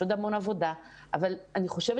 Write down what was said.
יש עוד המון עבודה אבל אני חושבת